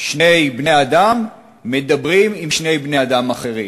שני בני-אדם מדברים עם שני בני-אדם אחרים,